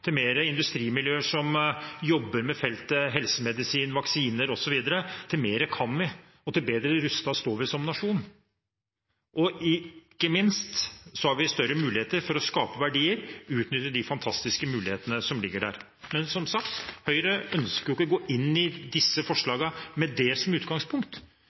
industrimiljøer som jobber med feltene helsemedisin, vaksiner osv., mer kan vi og jo bedre rustet står vi som nasjon. Ikke minst har vi større muligheter til å skape verdier og utnytte de fantastiske mulighetene som ligger der. Men som sagt: Høyre ønsker jo ikke å gå inn i disse forslagene med det som utgangspunkt.